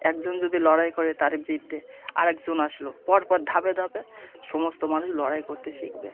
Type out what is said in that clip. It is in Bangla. একজন যদি লড়াই করে তার বিরুদ্ধে আর একজন আসলো পরপর ধাপে ধাপে সমস্ত মানুষ লড়াই করতে শিখবে